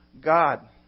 God